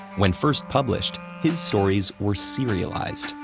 when first published, his stories were serialized,